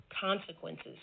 consequences